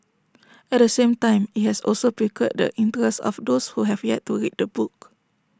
at the same time IT has also piqued the interest of those who have yet to read the book